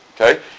Okay